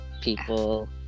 people